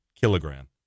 kilogram